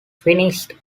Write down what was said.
finished